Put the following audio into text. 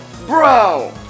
Bro